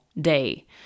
day